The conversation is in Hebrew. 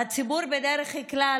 והציבור בדרך כלל,